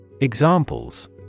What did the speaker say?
Examples